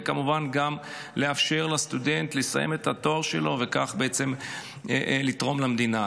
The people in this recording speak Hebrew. וכמובן גם לאפשר לסטודנט לסיים את התואר שלו וכך בעצם לתרום למדינה.